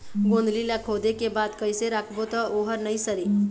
गोंदली ला खोदे के बाद कइसे राखबो त ओहर नई सरे?